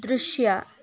ದೃಶ್ಯ